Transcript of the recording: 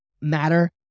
matter